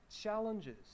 Challenges